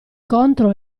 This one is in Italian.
contro